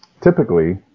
typically